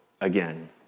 again